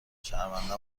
شرمنده